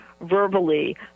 verbally